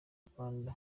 rwanda